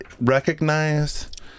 recognized